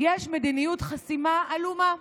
יש מדיניות חסימה עלומה.